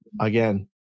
again